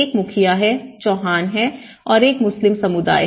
एक मुखिया है चौहान है और एक मुस्लिम समुदाय है